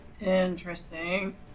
Interesting